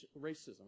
racism